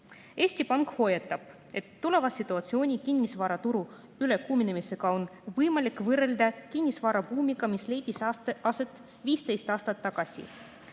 Pank hoiatab, et tulevast situatsiooni kinnisvaraturu ülekuumenemisega on võimalik võrrelda kinnisvarabuumiga, mis leidis aset 15 aastat tagasi.